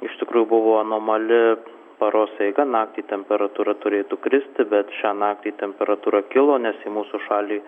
iš tikrųjų buvo anomali paros eiga naktį temperatūra turėtų kristi bet šią naktį temperatūra kilo nes į mūsų šalį